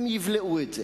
הם יבלעו את זה.